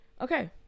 Okay